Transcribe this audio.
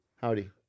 Howdy